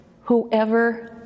whoever